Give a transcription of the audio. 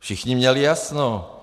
Všichni měli jasno.